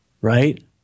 right